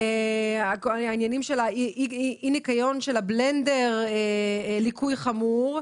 אי ניקיון הבלנדר נכתב כליקוי חמור,